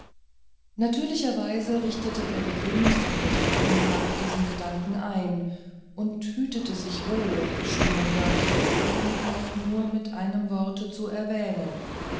natürlicherweise richtete peregrinus sein betragen nach diesen gedanken ein und hütete sich wohl der schönen dörtje elverdink auch nur mit einem worte zu erwähnen